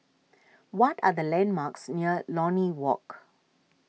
what are the landmarks near Lornie Walk